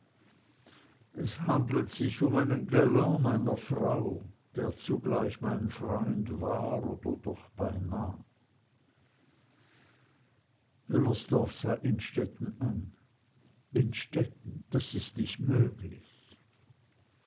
es handelt sich um einen galan meiner frau der zugleich mein freund war oder doch beinah wüllersdorf sah innstetten an innstetten das ist nicht möglich